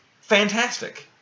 Fantastic